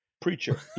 Preacher